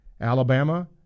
Alabama